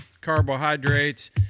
carbohydrates